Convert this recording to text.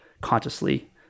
consciously